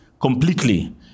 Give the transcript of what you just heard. completely